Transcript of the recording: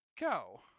go